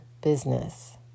business